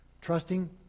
Trusting